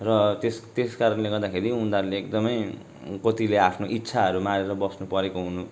र त्यस त्यस कारणले गर्दाखेरि उहाँहरूले एकदमै कतिले आफ्नो इच्छाहरू मारेर बस्नु परेको हुनु